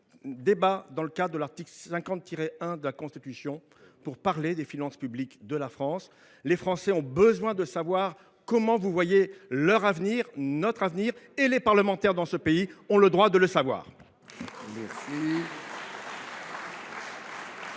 débat, conformément à l’article 50 1 de la Constitution, pour parler des finances publiques de la France. Les Français ont besoin de savoir comment vous voyez leur avenir, notre avenir, et les parlementaires dans ce pays ont le droit de le savoir.